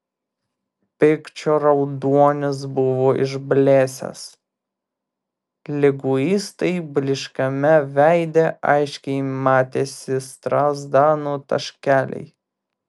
pykčio raudonis buvo išblėsęs liguistai blyškiame veide aiškiai matėsi strazdanų taškeliai